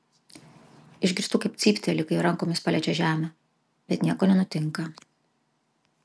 išgirstu kaip cypteli kai rankomis paliečia žemę bet nieko nenutinka